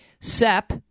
SEP